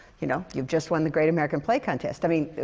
you know, you've just won the great american play contest. i mean,